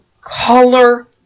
color